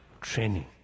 training